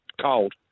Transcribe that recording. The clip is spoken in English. cold